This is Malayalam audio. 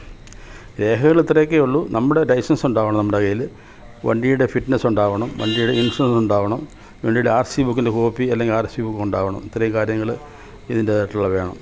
രേഖകളിത്രയൊക്കെയേ ഉള്ളു നമ്മുടെ ലൈസെൻസുണ്ടാകണം നമ്മുടെ കയ്യില് വണ്ടിയുടെ ഫിറ്റ്നസുണ്ടാവണം വണ്ടിയുടെ ഇൻഷൂറന്സുണ്ടാവണം വണ്ടിയുടെ ആർ സി ബുക്കിന്റെ കോപ്പി അല്ലങ്കിലാർസി ബുക്കുണ്ടാവണം ഇത്രയും കാര്യങ്ങള് ഇതിൻറ്റേതായിട്ടുള്ളെ വേണം